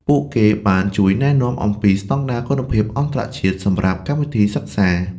ពួកគេបានជួយណែនាំអំពីស្តង់ដារគុណភាពអន្តរជាតិសម្រាប់កម្មវិធីសិក្សា។